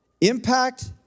Impact